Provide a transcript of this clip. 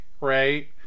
right